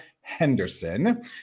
Henderson